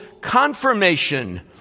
Confirmation